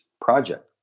project